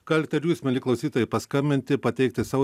galite ir jūs mieli klausytojai paskambinti pateikti savo